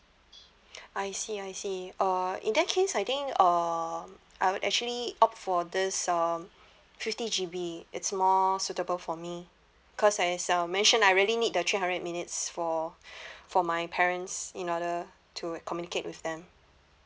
I see I see uh in that case I think uh I would actually opt for this um fifty G_B it's more suitable for me because as uh mention I really need the three hundred minutes for for my parents in order to communicate with them